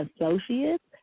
associates